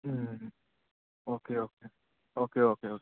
um okay okay okay okay okay